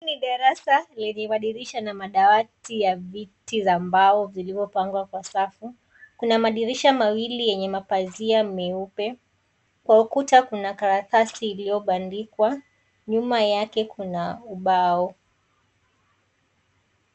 Hii ni darasa lenye madirisha na madawati ya viti za mbao zilivopangwa kwa sakafu, kuna madirisha mawili yenye mapazia meupe, kwa ukuta kuna karasi iliyoandikwa, nyuma yake kuna ubao.